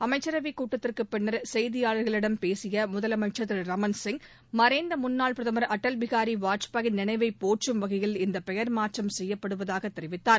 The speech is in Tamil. அமைச்சரவைக் கூட்டத்திற்குப் பின்னர் செய்தியாளர்களிடம் பேசிய முதலமைச்சர் திரு ரமன்சிங் மறைந்த முன்னாள் பிரதமர் அடல் பிஹாரி வாஜ்பேயின் நினைவைப் போற்றும் வகையில் இந்த பெயர் மாற்றம் செய்யப்படுவதாகத் தெரிவித்தார்